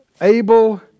Abel